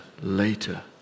later